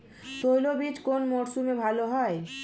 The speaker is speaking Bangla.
তৈলবীজ কোন মরশুমে ভাল হয়?